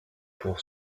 pour